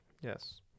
Yes